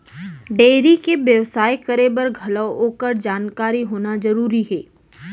dairy के बेवसाय करे बर घलौ ओकर जानकारी होना जरूरी हे